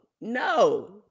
no